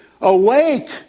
Awake